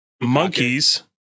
Monkeys